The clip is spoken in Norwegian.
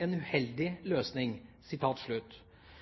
«en uheldig løsning». Trusselvurderingen ble formidlet til Justisdepartementet og Oslo politidistrikt. En